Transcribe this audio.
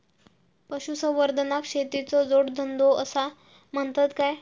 पशुसंवर्धनाक शेतीचो जोडधंदो आसा म्हणतत काय?